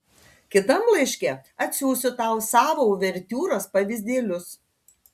kitam laiške atsiųsiu tau savo uvertiūros pavyzdėlius